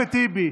אחמד טיבי,